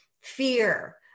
fear